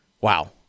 wow